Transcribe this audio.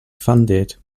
funded